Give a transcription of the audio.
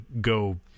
go